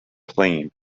clean